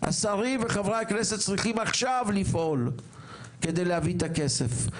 השרים וחברי הכנסת צריכים עכשיו לפעול כדי להביא את הכסף,